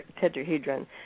tetrahedron